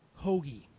Hoagie